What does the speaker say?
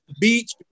beach